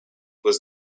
was